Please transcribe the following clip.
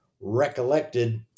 recollected